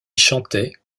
chantait